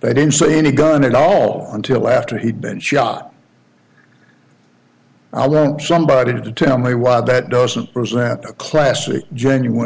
they didn't see any gun at all until after he'd been shot i want somebody to tell me why that doesn't present a classic genuine